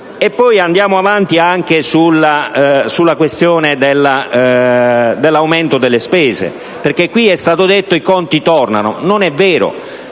poi avanti anche sulla questione dell'aumento delle spese, perché in questa sede è stato detto che i conti tornano. Non è vero,